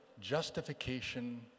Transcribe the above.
justification